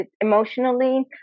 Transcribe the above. emotionally